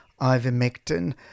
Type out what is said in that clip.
ivermectin